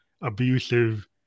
abusive